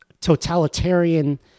totalitarian